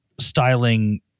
styling –